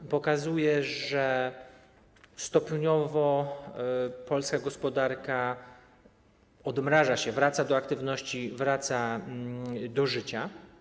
To pokazuje, że stopniowo polska gospodarka odmraża się, wraca do aktywności, wraca do życia.